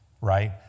Right